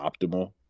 optimal